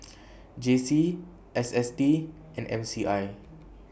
J C S S T and M C I